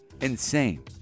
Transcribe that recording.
Insane